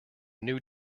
new